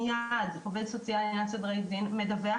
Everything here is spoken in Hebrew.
מייד עובד סוציאלי לסדרי דין מדווח